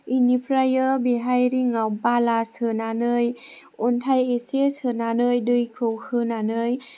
बेनिफ्राय बेहाय रिंआव बाला सोनानै अनथाइ एसे सोनानै दैखौ होनानै